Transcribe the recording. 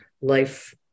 life